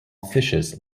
fishes